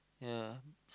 ya